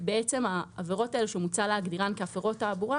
העבירות האלה שמוצע להגדירן כעבירות תעבורה